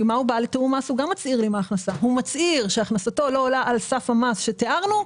בתיאום מס הוא מצהיר שהכנסתו לא עולה על סף המס שתיארנו,